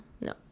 no